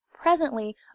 presently